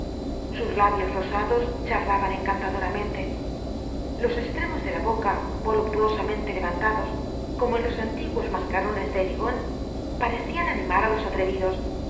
sus labios rosados charlaban encantadoramente los estremos de la boca voluptuosamente levantados como en los antiguos mascarones de erigone parecian animar á los atrevidos